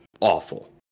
awful